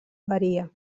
varia